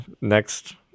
Next